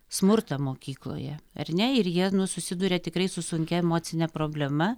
smurtą mokykloje ar ne ir jie susiduria tikrai su sunkia emocine problema